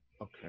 Okay